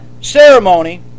ceremony